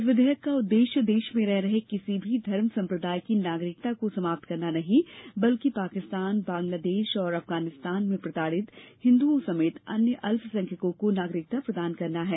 इस विधेयक का उद्देश्य देश में रह रहे किसी भी धर्म संप्रदाय की नागरिकता को समाप्त करना नहीं वल्कि पाकिस्तान बांग्लदेश और अफगानिस्तान में प्रताडित हिन्दुओं समेत अन्य अल्पसंख्यकों को नागरिकता प्रदान करना है